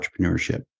entrepreneurship